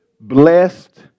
Blessed